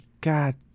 god